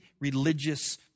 religious